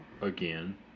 Again